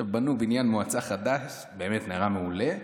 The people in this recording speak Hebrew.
בנו בניין מועצה חדש, הוא נראה מעולה,